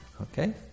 Okay